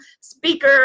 speaker